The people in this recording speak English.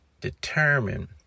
determine